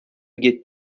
get